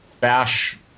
bash